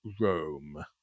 Rome